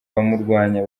abamurwanya